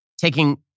taking